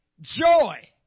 joy